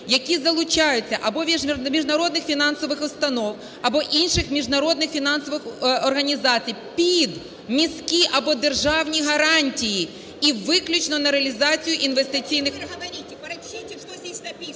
які залучаються або міжнародних фінансових установ, або інших міжнародних фінансових організацій під міські або державні гарантії і виключно на реалізацію інвестиційних…